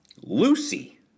Lucy